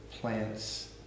plants